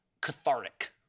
cathartic